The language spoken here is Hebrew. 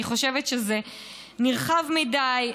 אני חושבת שזה נרחב מדי,